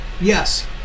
yes